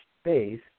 space